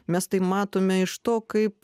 mes tai matome iš to kaip